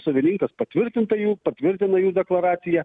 savininkas patvirtinta jų patvirtina jų deklaraciją